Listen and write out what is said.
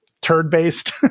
turd-based